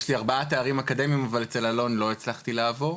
יש לי ארבעה תארים אקדמיים אבל אצל אלון לא הצלחתי לעבור,